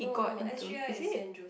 no no s_j_i is Saint Joseph